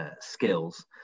skills